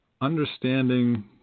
understanding